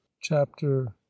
Chapter